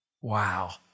Wow